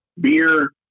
beer